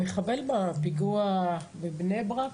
המחבל בפיגוע בבני ברק?